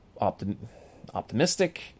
optimistic